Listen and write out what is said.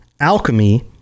alchemy